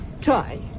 Try